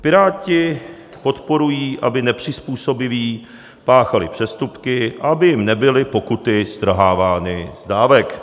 Piráti podporují, aby nepřizpůsobiví páchali přestupky a aby jim nebyly pokuty strhávány z dávek.